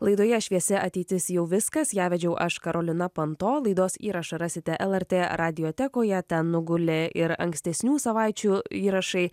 laidoje šviesi ateitis jau viskas ją vedžiau aš karolina panto laidos įrašą rasite lrt radiotekoje ten nugulė ir ankstesnių savaičių įrašai